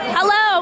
Hello